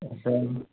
ஆ சரி